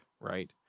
right